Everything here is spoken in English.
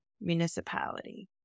municipality